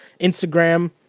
Instagram